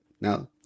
No